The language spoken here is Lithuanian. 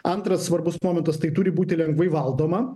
antras svarbus momentas tai turi būti lengvai valdoma